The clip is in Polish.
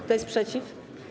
Kto jest przeciw?